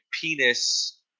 penis